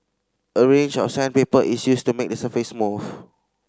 a range of sandpaper is used to make the surface smooth